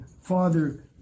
father